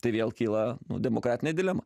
tai vėl kyla nu demokratinė dilema